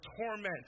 torment